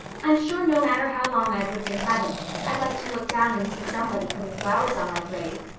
i'm sure no matter how long i'd lived in heaven i'd like to look down and see somebody putting flowers on my grave.